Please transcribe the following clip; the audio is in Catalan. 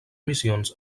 missions